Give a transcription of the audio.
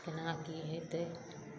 केना की होइतै